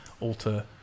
alter